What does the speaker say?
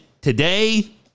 today